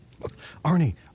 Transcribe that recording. Arnie